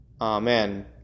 Amen